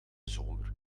zomer